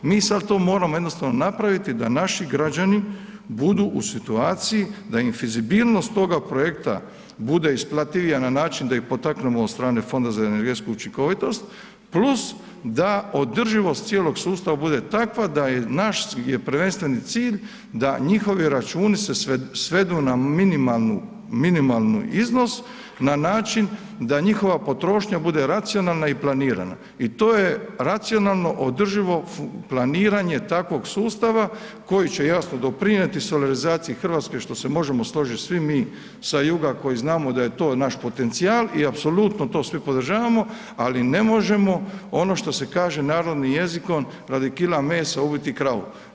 Mi sad to moramo jednostavno napraviti da naši građani budu u situaciji da im fizibilnost toga projekta bude isplativija na način sa ih potaknemo od strane Fonda za energetsku učinkovitost, plus da održivost cijelog sustava bude takva da je naš je prvenstveni cilj da njihovi računi se svedu na minimalnu, minimalnu iznos na način da njihova potrošnja bude racionalna i planirana i to je racionalno, održivo planiranje takvog sustava koji će jasno doprinijeti solarizacije Hrvatske što se možemo složiti svi mi sa juga koji znamo da je to naš potencijal i apsolutno to svi podržavamo, ali ne možemo ono što se kaže narodnim jezikom radi kila mesa, ubiti kravu.